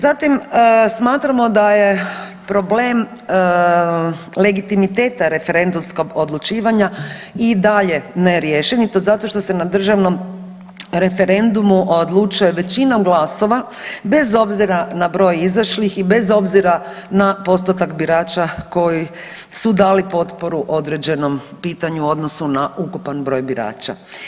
Zatim smatramo da je problem legitimiteta referendumskog odlučivanja i dalje neriješen i to zato što se na državnom referendumu odlučuje većinom glasova bez obzira na broj izašlih i bez obzira na postotak birača koji su dali potporu određenom pitanju u odnosu na ukupan broj birača.